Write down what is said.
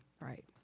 Right